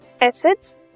acids